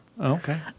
Okay